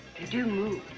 do move